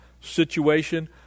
situation